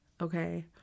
okay